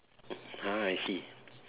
ah I see